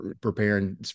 preparing